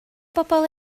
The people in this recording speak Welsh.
bobol